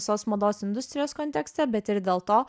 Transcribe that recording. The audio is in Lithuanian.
visos mados industrijos kontekste bet ir dėl to